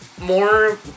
more